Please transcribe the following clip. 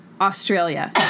Australia